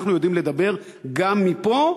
אנחנו יודעים לדבר גם מפה,